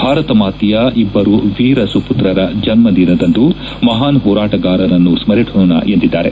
ಭಾರತ ಮಾತೆಯ ಇಟ್ಲರು ವೀರ ಸುಪುತ್ರರ ಜನ್ನದಿನದಂದು ಮಷಾನ್ ಹೋರಾಟಗಾರರನ್ನು ಸ್ನರಿಸೋಣ ಎಂದಿದ್ದಾರೆ